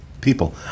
people